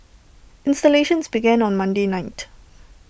installations began on Monday night